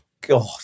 God